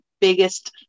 biggest